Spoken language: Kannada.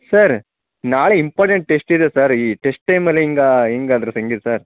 ಸರ್ ನಾಳೆ ಇಂಪಾರ್ಟೆಂಟ್ ಟೆಸ್ಟ್ ಇದೆ ಸರ್ ಈ ಟೆಸ್ಟ್ ಟೈಮಲ್ಲಿ ಹೀಗಾ ಹೀಗಾದ್ರೆ ಹೇಗೆ ಸರ್